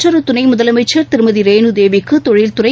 மற்றொரு துணை முதலமைச்சர் திருமதி ரேணுதேவிக்கு தொழில்துறை